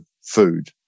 food